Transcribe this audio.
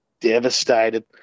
devastated